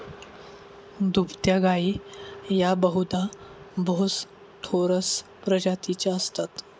दुभत्या गायी या बहुधा बोस टोरस प्रजातीच्या असतात